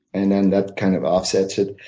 and then that kind of offsets it.